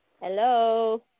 Hello